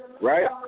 right